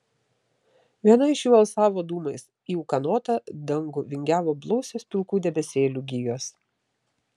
viena iš jų alsavo dūmais į ūkanotą dangų vingiavo blausios pilkų debesėlių gijos